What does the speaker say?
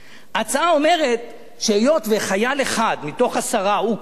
ההצעה אומרת שהיות שחייל אחד מתוך עשרה הוא קרבי,